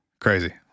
Crazy